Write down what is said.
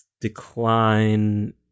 decline